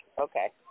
Okay